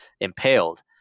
impaled